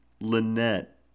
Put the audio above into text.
Lynette